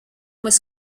was